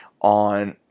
on